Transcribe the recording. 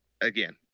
again